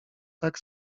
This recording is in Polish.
tak